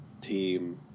team –